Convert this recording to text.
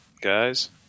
Guys